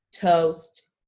toast